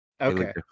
Okay